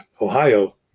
Ohio